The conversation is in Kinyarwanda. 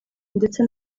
ndetse